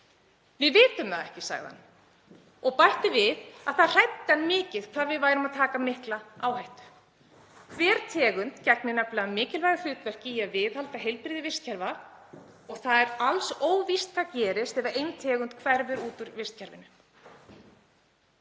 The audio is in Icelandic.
Við vitum það ekki, sagði hann, og bætti við að það hræddi hann mikið hvað við værum að taka mikla áhættu. Hver tegund gegnir nefnilega mikilvægu hlutverki í að viðhalda heilbrigði vistkerfa og það er alls óvíst hvað gerist ef ein tegund hverfur út úr vistkerfinu.